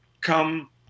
come